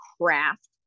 craft